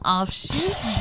Offshoot